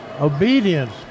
obedience